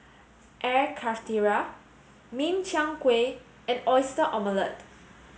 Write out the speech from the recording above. Air Karthira Min Chiang Kueh and Oyster Omelette